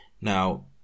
Now